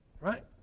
Right